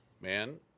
man